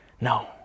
No